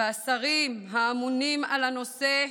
ולשרים האמונים על הנושא,